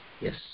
Yes